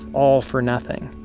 all for nothing.